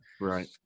Right